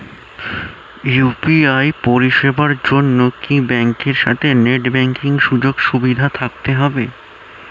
UPI পরিষেবার জন্য কি ব্যাংকের সাথে নেট ব্যাঙ্কিং সুযোগ সুবিধা থাকতে হবে?